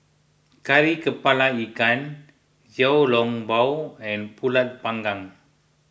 Kari Kepala Ikan Xiao Long Bao and Pulut Panggang